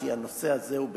כי הנושא הזה הוא בנפשנו.